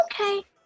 okay